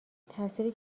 تاثیر